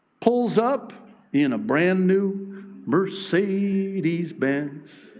pulls up in a brand new mercedes benz.